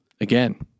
again